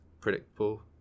predictable